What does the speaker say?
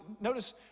Notice